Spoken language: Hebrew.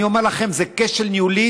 אני אומר לכם, זה כשל ניהולי